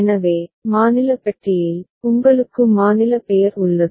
எனவே மாநில பெட்டியில் உங்களுக்கு மாநில பெயர் உள்ளது